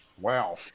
Wow